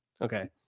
Okay